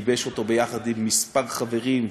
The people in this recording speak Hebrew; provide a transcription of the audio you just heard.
גיבש אותו ביחד עם כמה חברים,